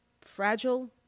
fragile